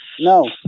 No